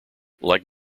like